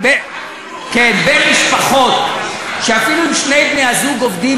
בעניין זה ראתה הוועדה לנכון שיש לדון בסוגיה הזו במסגרת